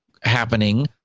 happening